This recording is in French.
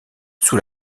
sous